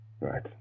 Right